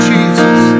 Jesus